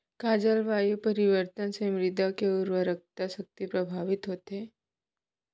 का जलवायु परिवर्तन से मृदा के उर्वरकता शक्ति प्रभावित होथे?